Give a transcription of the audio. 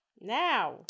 Now